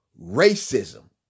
racism